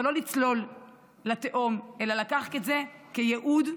אבל לא לצלול לתהום אלא לקחת את זה כייעוד,